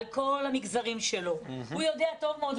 על כל המגזרים שלו, הוא יודע טוב מאוד.